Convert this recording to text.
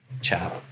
chap